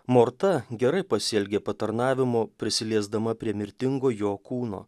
morta gerai pasielgė patarnavimu prisiliesdama prie mirtingojo kūno